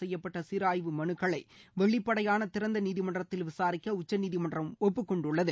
செய்யப்பட்ட சீராய்வு மனுக்களை வெளிப்படையான திறந்த நீதிமன்றத்தில் விசாரிக்க உச்சநீதிமன்றம் ஒப்புக்கொண்டுள்ளது